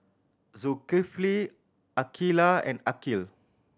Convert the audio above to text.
Zulkifli Aqeelah and Aqil